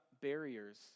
barriers